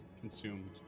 consumed